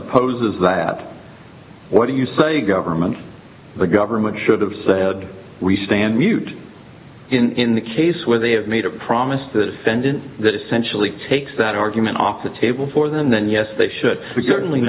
opposes that what do you say government the government should have said we stand mute in the case where they have made a promise to send in that essentially takes that argument off the table for them then yes they should